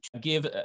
give